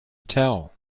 tell